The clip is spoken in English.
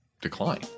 decline